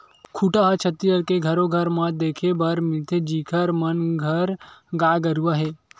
खूटा ह छत्तीसगढ़ के घरो घर म देखे बर मिलथे जिखर मन घर गाय गरुवा हे